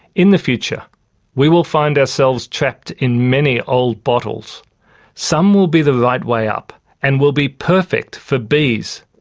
in the future we will find ourselves trapped in many old bottles some will be the right way up and will be perfect for bees,